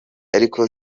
ariko